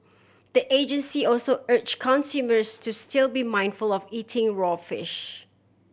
the agency also urge consumers to still be mindful of eating raw fish